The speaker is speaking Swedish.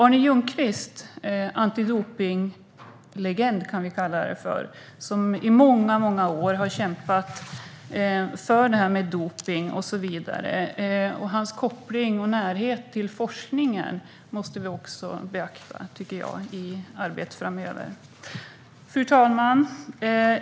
Arne Ljungqvist - vi kan kalla honom antidopningslegend - har i många år kämpat mot dopning och så vidare. Hans koppling och närhet till forskningen måste också beaktas i arbetet framöver. Fru talman!